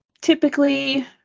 typically